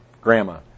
grandma